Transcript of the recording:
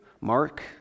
Mark